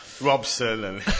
Robson